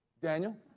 Daniel